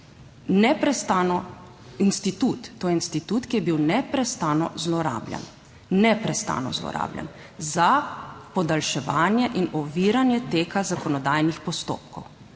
to je institut, ki je bil neprestano zlorabljen, neprestano zlorabljen, za podaljševanje in oviranje teka zakonodajnih postopkov